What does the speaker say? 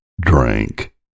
drink